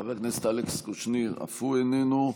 חבר הכנסת אלכס קושניר, אף הוא איננו.